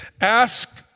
ask